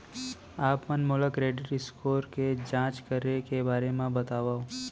आप मन मोला क्रेडिट स्कोर के जाँच करे के बारे म बतावव?